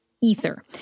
Ether